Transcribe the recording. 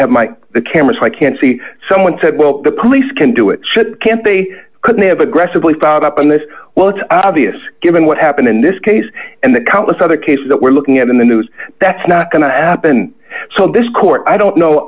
have my the camera so i can see someone said well the police can do it should can't they couldn't have aggressively found up on this well it's obvious given what happened in this case and the countless other cases that we're looking at in the news that's not going to happen so this court i don't know